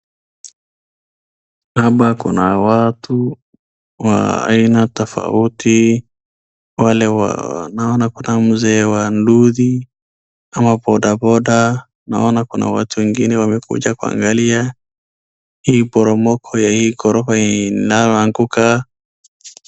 Hapa kuna watu wa aina tofauti naona kuna mzee wa nduthi ama bodaboda. Naona kuna watu wengine wamekuja kuangalia hii poromoko ya hii ghorofa inayoloanguka.